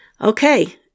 Okay